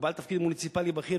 או בעל תפקיד מוניציפלי בכיר,